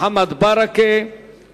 בוועדת הפנים והגנת הסביבה.